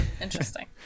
interesting